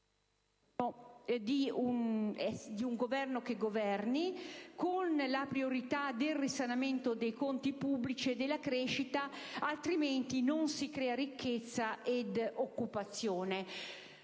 di un Governo che governi, con la priorità del risanamento dei conti pubblici e della crescita, altrimenti non si crea ricchezza ed occupazione.